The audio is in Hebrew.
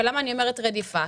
למה אני אומרת רדיפה?